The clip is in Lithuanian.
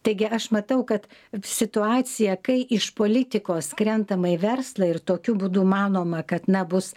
taigi aš matau kad situacija kai iš politikos krentama į verslą ir tokiu būdu manoma kad na bus